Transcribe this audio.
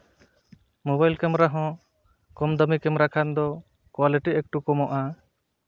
mobile camera ᱦᱚᱸ ᱠᱚᱢ ᱫᱟᱢᱤ ᱠᱮᱢᱮᱨᱟ ᱠᱷᱟᱱ ᱫᱚ ᱠᱚᱣᱟᱞᱤᱴᱤ ᱮᱠᱴᱩ ᱠᱚᱢᱚᱜᱼᱟ